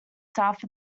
south